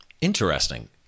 Interesting